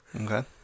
Okay